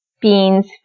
Beans